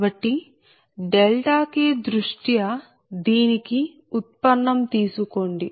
కాబట్టి k దృష్ట్యా దీనికి ఉత్పన్నం తీసుకోండి